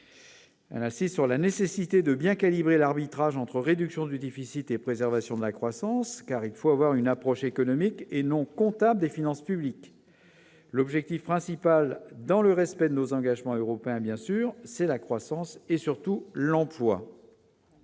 Ainsi, sur la nécessité de bien calibrer l'arbitrage entre réduction du déficit et préservation de la croissance, car il faut avoir une approche économique et non comptable des finances publiques, l'objectif principal, dans le respect de nos engagements européens, bien sûr, c'est la croissance et surtout l'emploi.